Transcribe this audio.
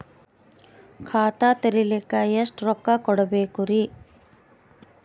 ಖಾತಾ ತೆರಿಲಿಕ ಎಷ್ಟು ರೊಕ್ಕಕೊಡ್ಬೇಕುರೀ?